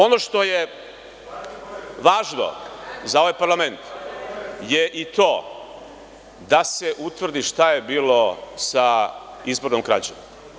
Ono što je važno za ovaj parlament je i to da se utvrdi šta je bilo sa izbornom krađom.